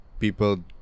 People